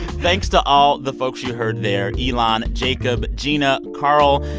thanks to all the folks you heard there ilan, jacob, gina, carl,